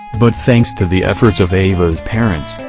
but thanks to the efforts of ava's parents,